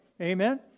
Amen